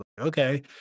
Okay